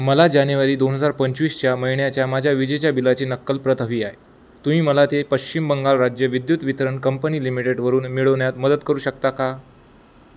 मला जानेवारी दोन हजार पंचवीसच्या महिन्याच्या माझ्या विजेच्या बिलाची नक्कल प्रत हवी आहे तुम्ही मला ते पश्चिम बंगाल राज्य विद्युत वितरण कंपनी लिमिटेडवरून मिळवण्यात मदत करू शकता का